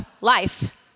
life